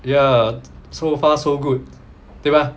ya so far so good 对 mah